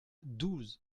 douze